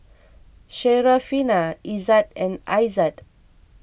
Syarafina Izzat and Aizat